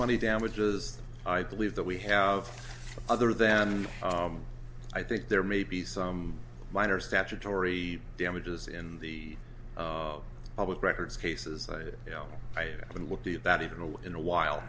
money damages i believe that we have other than i think there may be some minor statutory damages in the public records cases i know i haven't looked at that even over in awhile